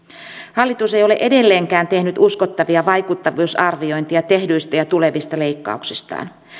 hallitus ei ole edelleenkään tehnyt uskottavia vaikuttavuusarviointeja tehdyistä ja tulevista leikkauksistaan